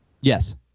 Yes